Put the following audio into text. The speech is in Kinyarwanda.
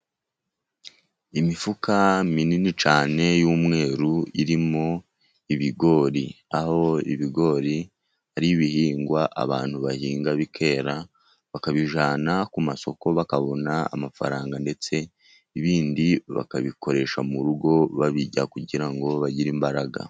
Imifuka minini cyane y'umweru irimo ibigori, aho ibigori ari ibihingwa abantu bahinga bikera bakabijyana ku masoko bakabona amafaranga, ndetse ibindi bakabikoresha mu rugo babirya kugira ngo bagire imbaraga.